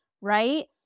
Right